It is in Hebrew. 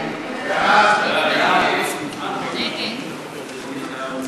ההצעה להסיר מסדר-היום